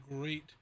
great